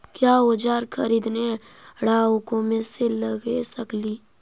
क्या ओजार खरीदने ड़ाओकमेसे लगे सकेली?